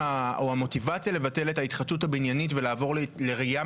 המוטיבציה לבטל את ההתחדשות העירונית ולעבור לראייה